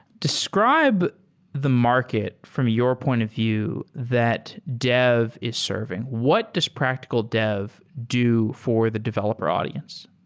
describe the market from your point of view that dev is serving. what does practical dev do for the developer audience?